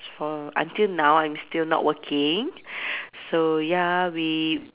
for until now I'm still not working so ya we